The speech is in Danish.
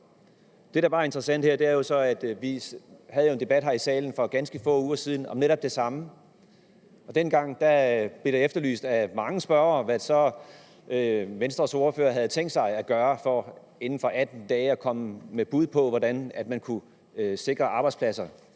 Det, der bare er interessant her, er jo så, at vi havde en debat her i salen for ganske få uger siden om netop det samme, og dengang blev det efterlyst af mange spørgere, hvad Venstres ordfører så havde tænkt sig at gøre for inden for 18 dage at komme med bud på, hvordan man kunne sikre arbejdspladser